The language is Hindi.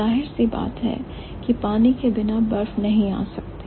जाहिर सी बात है कि पानी के बिना बर्फ नहीं आ सकती है